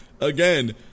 again